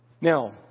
Now